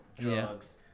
drugs